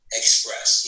express